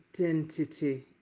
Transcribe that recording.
identity